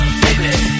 baby